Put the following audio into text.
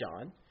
John